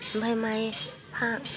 ओमफाय माय हा